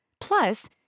Plus